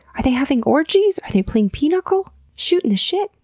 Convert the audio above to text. are they having orgies? are they playing pinochle? shootin' the shit?